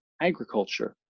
Agriculture